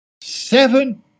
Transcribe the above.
seven